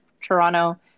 Toronto